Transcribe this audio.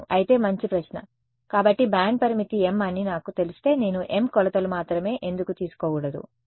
అవును అయితే మంచి ప్రశ్న కాబట్టి బ్యాండ్ పరిమితి m అని నాకు తెలిస్తే నేను m కొలతలు మాత్రమే ఎందుకు తీసుకోకూడదు